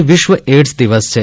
આજે વિશ્વ એઇડસ દિવસ છે